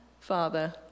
father